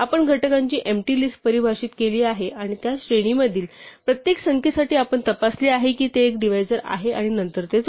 आपण घटकांची empty list परिभाषित केली आहे आणि त्या श्रेणीतील प्रत्येक संख्येसाठी आपण तपासले आहे की ते एक डिव्हायजर आहे आणि नंतर ते जोडा